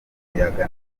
muyaga